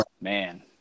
man